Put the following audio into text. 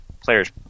players